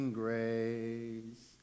grace